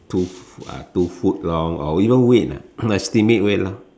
two uh two foot long or even weight estimate weight lah